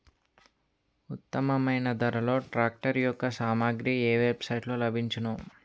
ఉత్తమమైన ధరలో ట్రాక్టర్ యెక్క సామాగ్రి ఏ వెబ్ సైట్ లో లభించును?